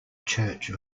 church